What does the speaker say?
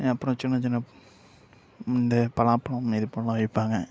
அப்பறம் சின்ன சின்ன பலாப்பழம் இதுபோல விற்பாங்க